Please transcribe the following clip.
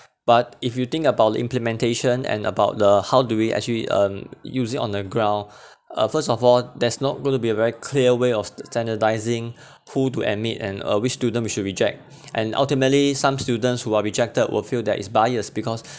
but if you think about implementation and about the how do we actually um usually on the ground uh first of all there's not going to be a very clear way of st~standardising who to admit and uh which student we should reject and ultimately some students who are rejected will feel that is biased because